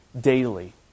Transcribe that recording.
daily